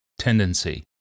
tendency